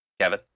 Kevin